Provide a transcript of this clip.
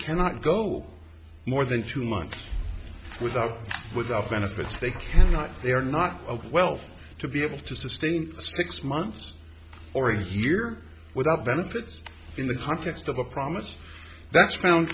cannot go more than two months without without benefits they cannot they are not of wealth to be able to sustain six months or here without benefits in the context of a promise that's found